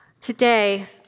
Today